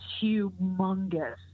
humongous